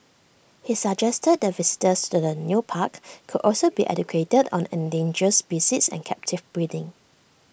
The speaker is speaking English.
he suggested that visitors to the new park could also be educated on endangered species and captive breeding